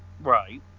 Right